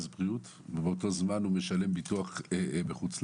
בריאות ובאותו זמן הוא משלם ביטוח בחו"ל.